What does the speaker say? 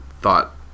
thought